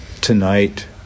tonight